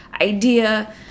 idea